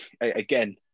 again